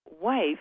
wife